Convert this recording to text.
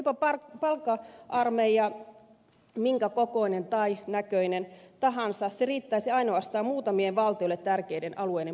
olipa palkka armeija minkä kokoinen tai näköinen tahansa se riittäisi ainoastaan muutamien valtiolle tärkeiden alueiden puolustamiseen